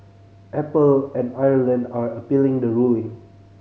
Apple and Ireland are appealing the ruling